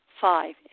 Five